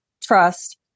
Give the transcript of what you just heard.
trust